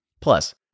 Plus